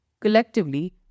Collectively